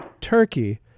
Turkey